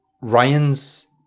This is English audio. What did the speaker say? Ryan's